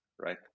right